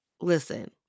Listen